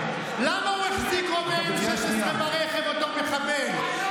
M16. למה הוא החזיק רובה M16 ברכב, אותו מחבל?